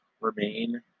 remain